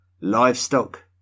livestock